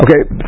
Okay